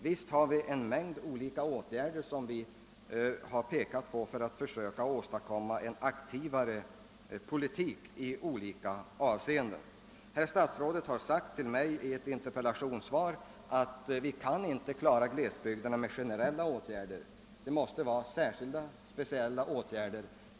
Visst har vi alltså pekat på en mängd olika åtgärder för att försöka åstadkomma en aktivare politik i olika avseenden. Statsrådet har i ett interpellationssvar till mig uttalat att vi inte kan klara glesbygdsproblemen genom generella åtgärder; det krävs speciella åtgärder.